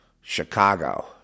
Chicago